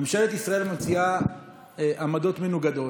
ממשלת ישראל מציעה עמדות מנוגדות,